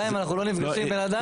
גם אם אנחנו לא נפגשים עם בן אדם.